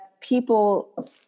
people